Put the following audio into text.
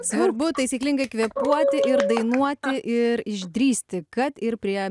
svarbu taisyklingai kvėpuoti ir dainuoti ir išdrįsti kad ir prie